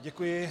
Děkuji.